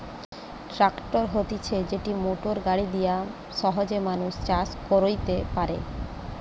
tractor হতিছে যেটি motor গাড়ি দিয়া সহজে মানুষ চাষ কইরতে পারে